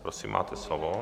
Prosím, máte slovo.